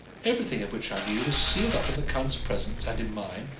everything of which i knew was sealed up in the count's presence and in mine,